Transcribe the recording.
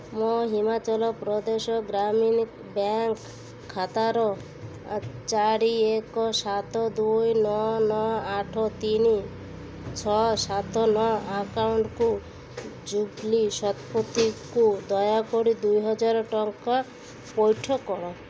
ମୋ ହିମାଚଳପ୍ରଦେଶ ଗ୍ରାମୀଣ ବ୍ୟାଙ୍କ୍ ଖାତାର ଚାରି ଏକ ସାତ ଦୁଇ ନଅ ନଅ ଆଠ ତିନି ଛଅ ସାତ ନଅ ଆକାଉଣ୍ଟକୁ ଜୁବ୍ଲି ଶତପଥୀକୁ ଦୟାକରି ଦୁଇହଜାର ଟଙ୍କା ପଇଠ କର